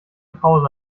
pause